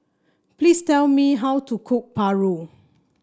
please tell me how to cook paru